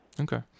Okay